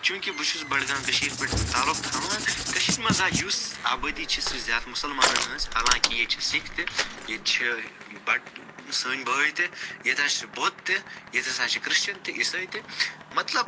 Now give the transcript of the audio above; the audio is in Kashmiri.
چونٛکہ بہٕ چھُس بَڈٕگام کٔشیٖرِ پٮ۪ٹھ تعلق تھاوان کٔشیٖرِ منٛز ہا یۄس آبٲدی چھِ سۄ چھِ زیادٕ مُسلمانَن ہنٛز حالانٛکہ ییٚتہِ چھِ سِکھ تہِ ییٚتہِ چھِ بَٹہٕ سٲنۍ بھٲے تہِ ییٚتہِ حظ چھِ بُدھ تہِ ییٚتہِ ہسا چھِ کرسچیٚن تہِ عیٖسٲے تہِ مطلب